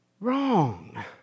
wrong